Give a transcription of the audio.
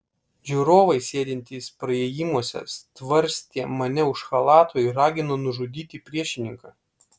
žiūrovai sėdintys praėjimuose stvarstė mane už chalato ir ragino nužudyti priešininką